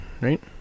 right